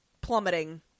plummeting